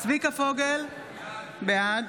צביקה פוגל, בעד